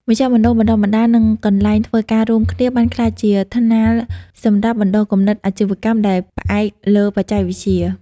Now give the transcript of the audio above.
មជ្ឈមណ្ឌលបណ្ដុះបណ្ដាល និងកន្លែងធ្វើការរួមគ្នាបានក្លាយជាថ្នាលសម្រាប់បណ្ដុះគំនិតអាជីវកម្មដែលផ្អែកលើបច្ចេកវិទ្យា។